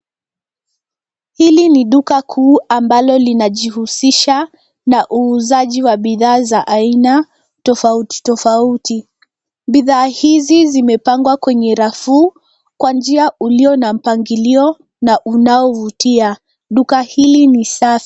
Hili ni duka kuu ambalo linajihusisha na uuzaji wa bidhaa za aina tofauti tofauti. Bidhaa hizi zimepangwa kwenye rafu kwa njia ulio na mpangilio na unaovutia. Duka hili ni safi.